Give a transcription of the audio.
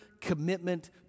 commitment